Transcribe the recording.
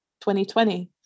2020